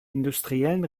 industriellen